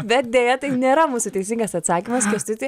bet deja tai nėra mūsų teisingas atsakymas kęstuti